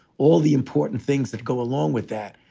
all the important things that go along with that.